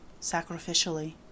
sacrificially